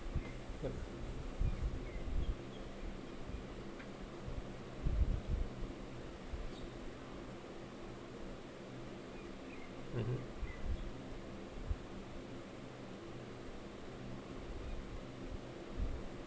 what